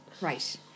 Right